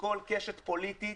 מכל קשת פוליטית,